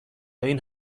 این